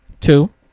Two